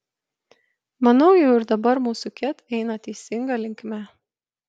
manau jau ir dabar mūsų ket eina teisinga linkme